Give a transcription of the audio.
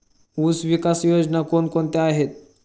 ऊसविकास योजना कोण कोणत्या आहेत?